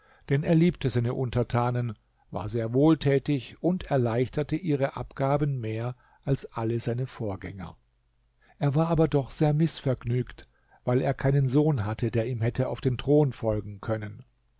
denn er liebte seine untertanen war sehr wohltätig und erleichterte ihre abgaben mehr als alle seine vorgänger er war aber doch sehr mißvergnügt weil er keinen sohn hatte der ihm hätte auf den thron folgen können